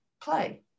play